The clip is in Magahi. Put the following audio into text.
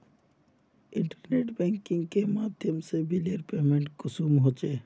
इंटरनेट बैंकिंग के माध्यम से बिलेर पेमेंट कुंसम होचे?